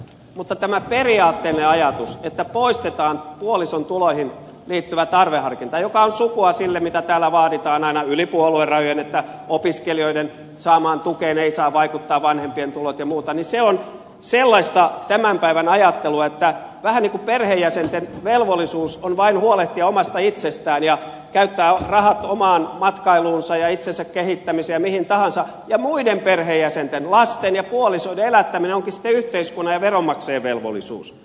mutta tämä periaatteellinen ajatus että poistetaan puolison tuloihin liittyvä tarveharkinta mikä on sukua sille mitä täällä vaaditaan aina yli puoluerajojen että opiskelijoiden saamaan tukeen eivät saa vaikuttaa vanhempien tulot ja muuta on sellaista tämän päivän ajattelua että vähän niin kuin perheenjäsenten velvollisuus on vain huolehtia omasta itsestään ja käyttää rahat omaan matkailuunsa ja itsensä kehittämiseen ja mihin tahansa ja muiden perheenjäsenten lasten ja puolison elättäminen onkin sitten yhteiskunnan ja veronmaksajien velvollisuus